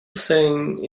staying